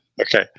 okay